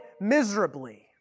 miserably